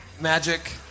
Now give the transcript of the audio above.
magic